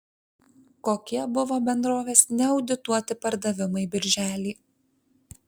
kokie buvo bendrovės neaudituoti pardavimai birželį